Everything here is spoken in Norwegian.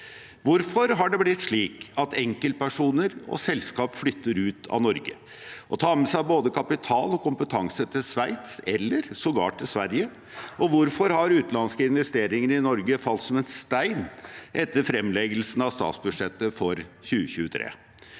Hvorfor har det blitt slik at enkeltpersoner og selskap flytter ut av Norge og tar med seg både kapital og kompetanse til Sveits, eller sågar til Sverige, og hvorfor har utenlandske investeringer i Norge falt som en stein etter fremleggelsen av statsbudsjettet for 2023?